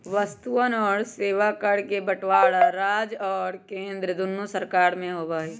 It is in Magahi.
वस्तुअन और सेवा कर के बंटवारा राज्य और केंद्र दुन्नो सरकार में होबा हई